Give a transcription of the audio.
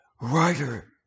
writer